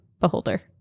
beholder